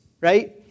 right